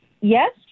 yes